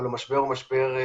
אבל המשבר הוא משבר,